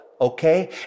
okay